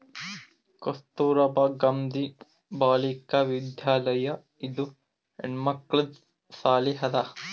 ಕಸ್ತೂರ್ಬಾ ಗಾಂಧಿ ಬಾಲಿಕಾ ವಿದ್ಯಾಲಯ ಇದು ಹೆಣ್ಮಕ್ಕಳದು ಸಾಲಿ ಅದಾ